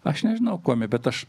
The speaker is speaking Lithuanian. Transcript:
aš nežinau kuom ji bet aš